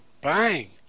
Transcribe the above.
bang